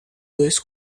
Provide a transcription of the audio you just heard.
dois